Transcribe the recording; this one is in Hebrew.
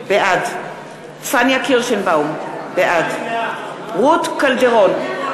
בעד פניה קירשנבאום, בעד רות קלדרון,